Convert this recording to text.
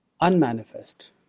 unmanifest